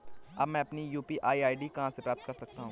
अब मैं अपनी यू.पी.आई आई.डी कहां से प्राप्त कर सकता हूं?